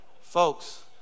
Folks